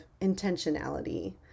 intentionality